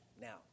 Now